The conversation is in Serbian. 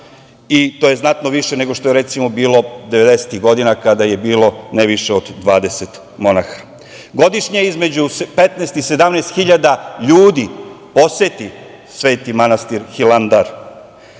To je znatno više nego što je, recimo, bilo devedesetih godina kada je bilo ne više od 20 monaha. Godišnje između 15.000 i 17.000 ljudi poseti Sveti manastir Hilandar,